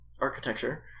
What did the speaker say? architecture